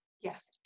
yes